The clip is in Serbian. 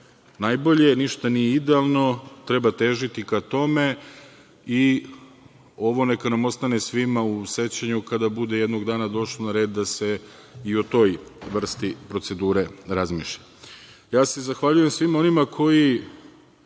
najbolje, ništa nije idealno, treba težiti ka tome i ovo neka nam ostane svima u sećanju kada bude jednog dana došlo na red da se i o toj vrsti procedure razmišlja. Zahvaljujem se svima onima koji